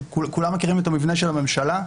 כולם מכירים את המבנה של הממשלה,